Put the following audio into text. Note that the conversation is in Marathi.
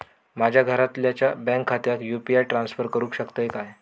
माझ्या घरातल्याच्या बँक खात्यात यू.पी.आय ट्रान्स्फर करुक शकतय काय?